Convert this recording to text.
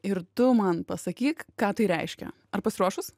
ir tu man pasakyk ką tai reiškia ar pasiruošus